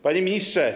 Panie Ministrze!